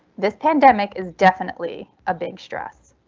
this pandemic is definitely a big stress.